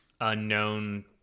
unknown